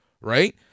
right